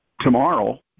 Tomorrow